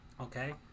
Okay